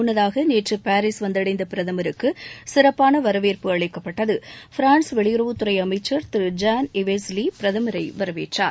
முன்ளதாக நேற்று பாரிஸ் வந்தடைந்த பிரதமருக்கு சிறப்பாள வரவேற்பு அளிக்கப்பட்டது பிரான்ஸ் வெளியுறவுத்துறை அமைச்சர் திருஜான் இவிஸ் லீ பிரதமரை வரவேற்றார்